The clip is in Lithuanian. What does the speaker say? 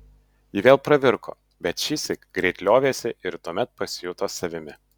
ji vėl pravirko bet šįsyk greit liovėsi ir tuomet pasijuto savimi